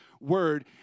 word